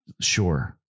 Sure